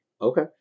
Okay